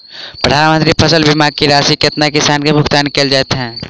प्रधानमंत्री फसल बीमा की राशि केतना किसान केँ भुगतान केल जाइत है?